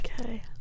okay